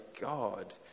God